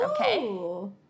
Okay